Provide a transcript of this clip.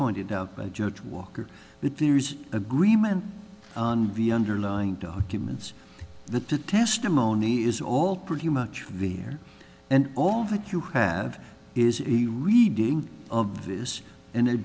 pointed out by judge walker but there is agreement on the underlying documents the testimony is all pretty much the air and all that you have is a reading of this and their